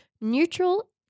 neutral